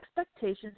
expectations